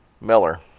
Miller